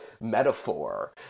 metaphor